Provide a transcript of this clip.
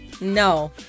No